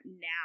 now